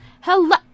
Hello